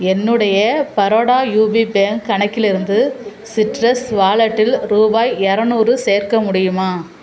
என்னுடைய Baroda UP bank கணக்கிலிருந்து citrus வாலெட்டில் ரூபாய் இரநூறு சேர்க்க முடியுமா